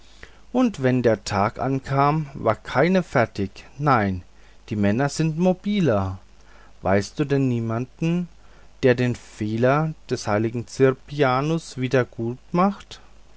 und wenn der tag ankam war keine fertig nein die männer sind mobiler weißt du denn niemand der den fehler des heiligen ziprianus wieder gutmacht